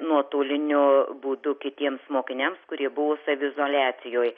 nuotoliniu būdu kitiems mokiniams kurie buvo saviizoliacijoj